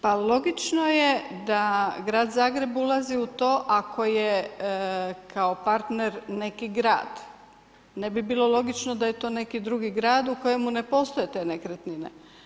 Pa logično je da grad Zagreb ulazi u to ako je kao partner neki grad, ne bi bilo logično da je to neki drugi grad u kojemu ne postoje te nekretnine.